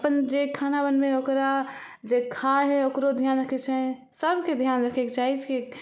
अपन जे खाना बनबै हइ ओकरा जे खाय हइ ओकरो ध्यान रक्खेके चाही सबके ध्यान रक्खेके चाही कि हँ ओ आदमी